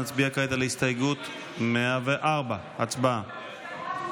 נצביע כעת על הסתייגות 104. הצבעה.